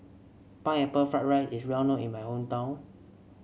Pineapple Fried Rice is well known in my hometown